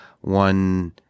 one